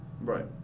Right